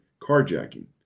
carjacking